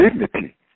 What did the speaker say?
dignity